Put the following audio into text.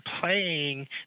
playing